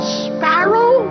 sparrow